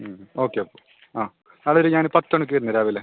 okay okay ആ അതൊരു ഞാൻ പത്ത് മണിക്ക് വരും രാവിലെ